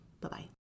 Bye-bye